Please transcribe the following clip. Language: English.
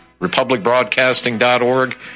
republicbroadcasting.org